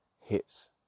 hits